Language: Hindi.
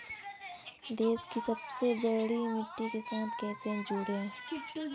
देश की सबसे बड़ी मंडी के साथ कैसे जुड़ें?